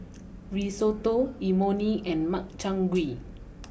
Risotto Imoni and Makchang Gui